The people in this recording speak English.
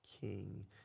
king